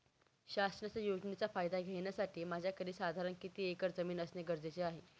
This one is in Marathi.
शासनाच्या योजनेचा फायदा घेण्यासाठी माझ्याकडे साधारण किती एकर जमीन असणे गरजेचे आहे?